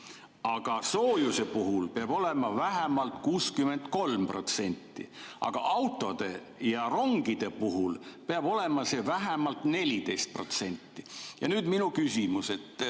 aga soojuse puhul peab olema vähemalt 63% ning autode ja rongide puhul peab see olema vähemalt 14%. Ja nüüd minu küsimus.